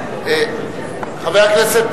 להצביע.